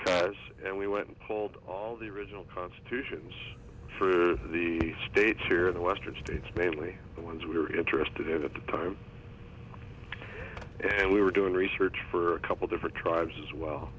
is and we went and told all the original constitutions for the states here in the western states mainly the ones we were interested in at the time we were doing research for a couple different tribes as well